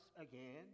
again